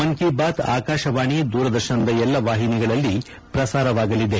ಮನ್ ಕಿ ಬಾತ್ ಆಕಾಶವಾಣಿ ದೂರದರ್ತನದ ಎಲ್ಲಾ ವಾಹಿನಿಗಳಲ್ಲಿ ಪ್ರಸಾರವಾಗಲಿದೆ